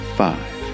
five